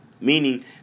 Meaning